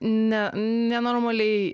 ne nenormaliai